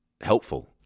helpful